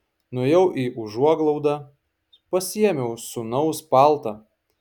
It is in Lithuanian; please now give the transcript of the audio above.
nuėjau į užuoglaudą pasiėmiau sūnaus paltą